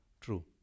true